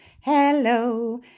hello